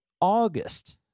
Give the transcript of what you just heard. August